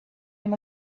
him